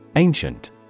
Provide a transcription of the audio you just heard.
Ancient